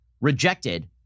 rejected